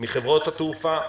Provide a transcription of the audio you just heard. מחברות התעופה.